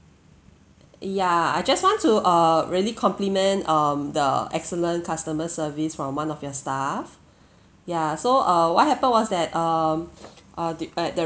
yeah I just want to err really compliment um the excellent customer service from one of your staff yeah so err what happen was that um uh the at the